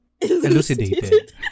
elucidated